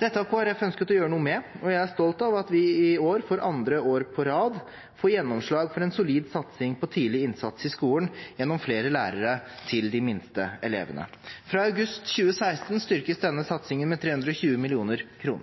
Dette har Kristelig Folkeparti ønsket å gjøre noe med, og jeg er stolt av at vi i år for andre år på rad får gjennomslag for en solid satsing på tidlig innsats i skolen gjennom flere lærere til de minste elevene. Fra august 2016 styrkes denne satsingen med 320 mill. kr.